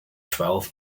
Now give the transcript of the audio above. twelve